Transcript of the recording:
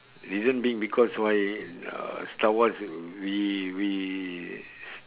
reason being because why uh star wars we we